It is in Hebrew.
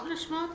בעיה נוספת